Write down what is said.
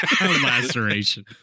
Laceration